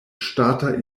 ŝtata